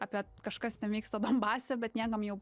apie kažkas ten vyksta donbase bet niekam jau